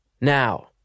Now